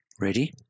Ready